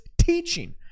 teaching